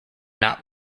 not